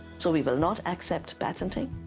so we will not accept patenty,